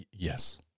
Yes